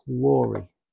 glory